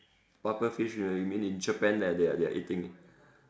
puffer fish you mean in Japan that they they are eating ah